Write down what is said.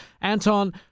Anton